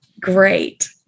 Great